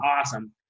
awesome